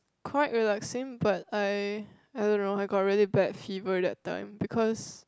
quite relaxing but I I don't know I got really bad fever that time because